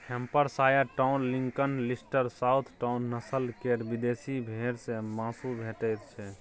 Hampshire Down, Lincoln, Leicester, Southdown, नस्ल केर विदेशी भेंड़ सँ माँसु भेटैत छै